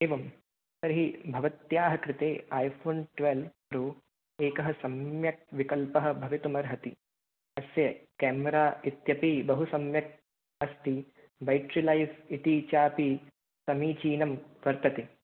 एवं तर्हि भवत्याः कृते ऐ फोन् ट्वेल्व् प्रो एकः सम्यक् विकल्पः भवितुमर्हति अस्य केम्रा इत्यपि बहु सम्यक् अस्ति बेटेरि लैफ़् इति चापि समीचीनं वर्तते